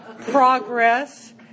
Progress